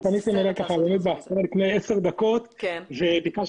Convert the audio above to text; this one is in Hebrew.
פניתם אליי בהפתעה לפני עשר דקות וביקשתי